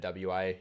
WA